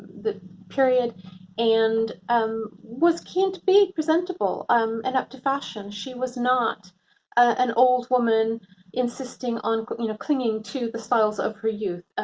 the period and um was keen to be presentable um and up to fashion. she was not an old woman insisting on clinging clinging to the styles of her youth.